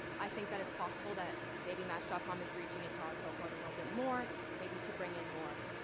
i think that it's possible that maybe match dot com is reaching into our cohort a little bit more, maybe to bring in more,